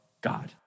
God